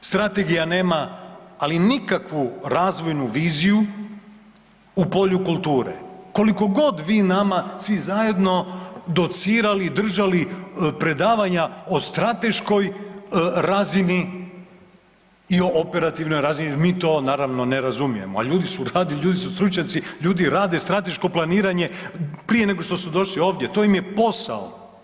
Strategija nema ali nikakvu razvoju viziju u polju kulture koliko god vi nama svi zajedno docirali i držali predavanja o strateškoj razini i o operativnoj razini jer mi to naravno ne razumijemo, a ljudi su radili, ljudi su stručnjaci, ljudi rade strateško planiranje prije nego što su došli ovdje, to im je posao.